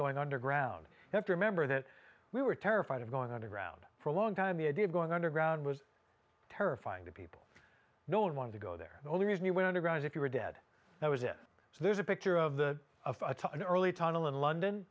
going underground have to remember that we were terrified of going underground for a long time the idea of going underground was terrifying to people no one wanted to go there the only reason you went underground if you were dead that was it so there's a picture of the of an early tunnel in london